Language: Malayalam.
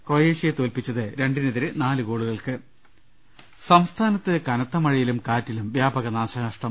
ക്രൊയേഷ്യയെ തോല്പിച്ചത് രണ്ടിനെതിരെ നാലു ഗോളുകൾക്ക് ശു സംസ്ഥാനത്ത് കനത്ത മഴയിലും കാറ്റിലും വ്യാപക നാശന ഷ്ടം